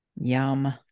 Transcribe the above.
Yum